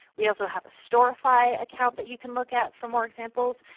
we also have a storify account that you can look at for more examples.